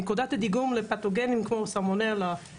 נקודת הדיגום לפתוגנים כמו סלמונלה,